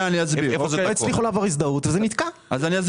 הם לא הצליחו לעבור הזדהות אז זה נתקע.